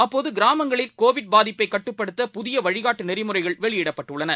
அப்போதுகிராமங்களில் கோவிட்பாதிப்பைக்கட்டுப்படுத்தபுதியவழிகாட்டுநெறிமுறைகள்வெளியிடப்பட்டுள்ளன